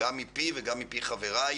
גם מפי וגם מפי חבריי.